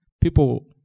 People